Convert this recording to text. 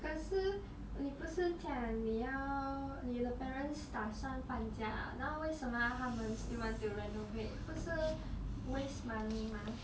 可是你不是讲你要你的 parents 打算搬家了然后为什么他们还要 still want to renovate 不是 waste money mah